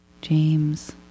James